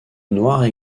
noirs